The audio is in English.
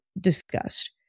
discussed